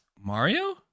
Mario